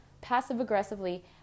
passive-aggressively